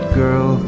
girl